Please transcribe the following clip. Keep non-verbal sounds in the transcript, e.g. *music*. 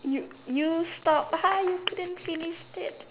you you stop *laughs* you didn't finished it